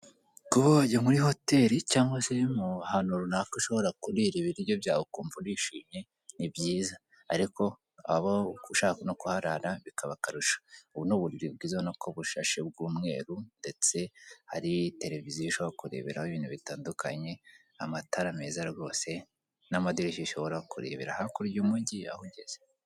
Kuba wajya muri hoteli cyangwa se ahantu runaka ushobora kurira ibiryo byawe ukumva urishimye ni byiza, ariko waba ushaka no kuharara bikaba akarusho. Ubu ni uburiri bwiza ubona ko busashe bw'umweru, ndetse hari televiziyo ushobora kureberaho ibintu bitandukanye, amatara meza rwose, n'amadirishya ushobora kurebera hakurya umujyi aho ugeze.